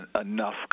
enough